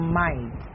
mind